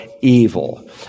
evil